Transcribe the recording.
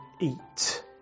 eat